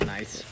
Nice